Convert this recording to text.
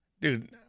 dude